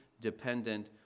dependent